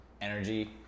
energy